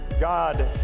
God